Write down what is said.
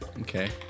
Okay